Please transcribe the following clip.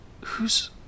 Who's-